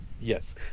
Yes